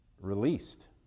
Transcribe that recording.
released